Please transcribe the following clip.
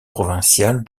provinciale